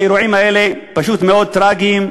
האירועים האלה פשוט מאוד טרגיים.